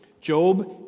Job